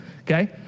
Okay